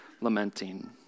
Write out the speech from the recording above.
lamenting